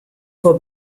vor